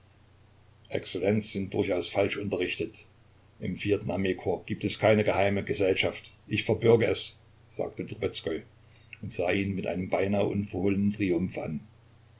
exzellenz sind durchaus falsch unterrichtet im vierten gibt es keine geheime gesellschaft ich verbürge es sagte trubezkoi und sah ihn mit einem beinahe unverhohlenen triumph an